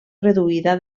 reduïda